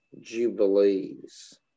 jubilees